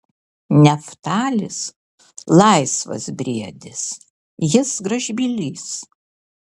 neftalis laisvas briedis jis gražbylys